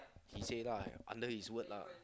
he say lah under his word lah